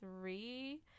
three